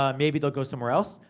um maybe they'll go somewhere else.